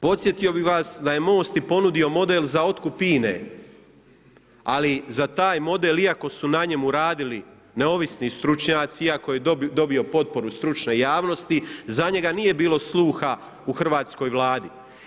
Podsjetio bih vas da je MOST i ponudio model za otkup INA-e ali za taj model iako su na njemu radili neovisni stručnjaci, iako je dobio potporu stručne javnosti, za njega nije bilo sluha u hrvatskoj Vladi.